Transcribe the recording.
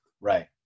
Right